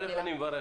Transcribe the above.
אני מברך.